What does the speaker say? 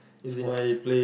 sports